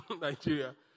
Nigeria